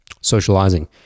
socializing